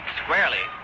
squarely